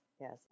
yes